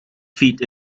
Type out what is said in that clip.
feat